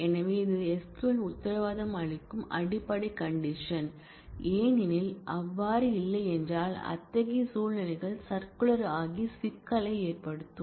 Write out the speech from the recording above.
எனவே இது SQL உத்தரவாதம் அளிக்கும் அடிப்படை கண்டிஷன் ஏனெனில் அவ்வாறு இல்லையென்றால் அத்தகைய சூழ்நிலைகள் சர்குலர் ஆகி சிக்கலை ஏற்படுத்தும்